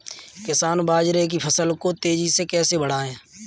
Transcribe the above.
किसान बाजरे की फसल को तेजी से कैसे बढ़ाएँ?